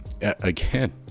again